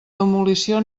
demolició